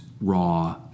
raw